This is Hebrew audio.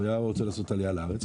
אם הוא היה רוצה לעשות עליה לארץ,